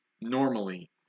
normally